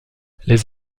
les